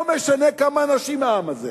לא משנה כמה אנשים העם הזה.